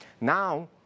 Now